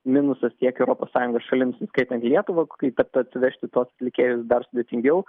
minusas tiek europos sąjungos šalims įskaitant lietuvą kaip at atsivežti tuos atlikėjus dar sudėtingiau